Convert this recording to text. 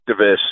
activists